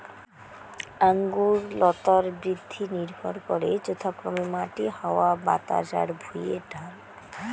আঙুর লতার বৃদ্ধি নির্ভর করে যথাক্রমে মাটি, হাওয়া বাতাস আর ভুঁইয়ের ঢাল